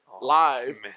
live